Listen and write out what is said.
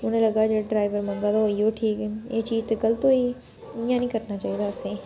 उ'नें लग्गा दा जेह्ड़ा ड्रैवर मंगा दा ओ इयो ठीक न एह् चीज ते गलत होई इ'यां नी करना चाहिदा असेंगी